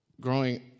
growing